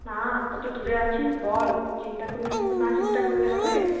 না কত দূরে আছিস বল চিন্তা করলে না চিন্তা করলে হবে